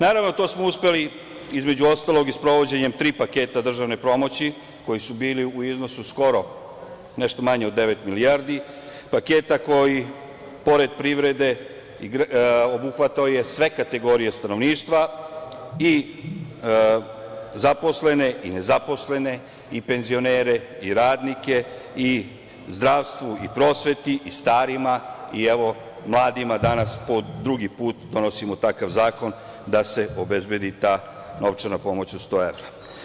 Naravno, to smo uspeli, između ostalog, i sprovođenjem tri paketa državne pomoći koji su bili u iznosu skoro nešto manje od devet milijardi, paketa koji je pored privrede obuhvatao sve kategorije stanovništva – i zaposlene, i nezaposlene, i penzionere, i radnike i u zdravstvu i prosveti, i starima i evo mladima danas po drugi put donosimo takav zakon da se obezbedi ta novčana pomoć od 100 evra.